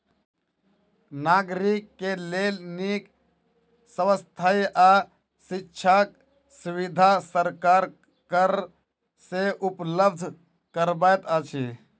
नागरिक के लेल नीक स्वास्थ्य आ शिक्षाक सुविधा सरकार कर से उपलब्ध करबैत अछि